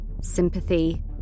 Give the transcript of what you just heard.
sympathy